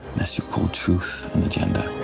unless you call truth an agenda.